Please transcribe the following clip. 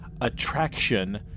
attraction